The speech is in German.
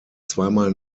zweimal